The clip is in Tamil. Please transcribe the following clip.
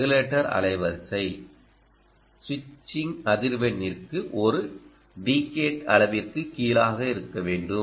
ரெகுலேட்டர் அலைவரிசை ஸ்விட்சிங் அதிர்வெண்ணிற்கு ஓரு டிகேட் அளவிற்கு கீழாக இருக்க வேண்டும்